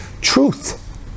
truth